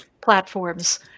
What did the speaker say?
platforms